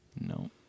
no